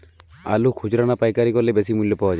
আলু খুচরা না পাইকারি করলে বেশি মূল্য পাওয়া যাবে?